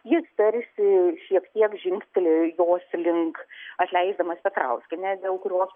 jis tarsi šiek tiek žingtelėjo jos link atleisdamas petrauskienę dėl kurios